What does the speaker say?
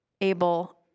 able